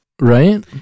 right